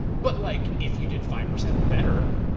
but, like if you did five percent better,